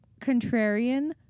contrarian